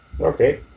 Okay